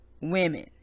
women